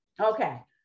okay